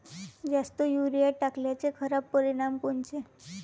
जास्त युरीया टाकल्याचे खराब परिनाम कोनचे?